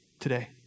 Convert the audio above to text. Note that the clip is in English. today